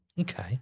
Okay